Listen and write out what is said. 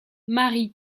marie